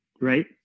right